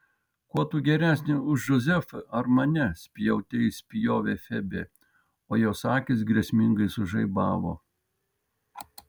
kuo tu geresnė už džozefą ar mane spjaute išspjovė febė o jos akys grėsmingai sužaibavo